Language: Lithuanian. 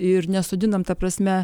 ir nesodinam ta prasme